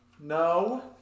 No